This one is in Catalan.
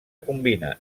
combina